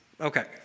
Okay